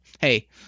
Hey